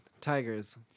Tigers